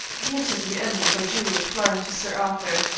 the interview ended by juliet flying to sir arthur,